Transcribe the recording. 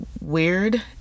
weird